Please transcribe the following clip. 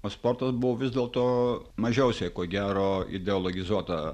o sportas buvo vis dėlto mažiausiai ko gero ideologizuota